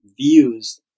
views